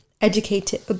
educated